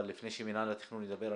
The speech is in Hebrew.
אבל לפני שמנהל התכנון ידבר,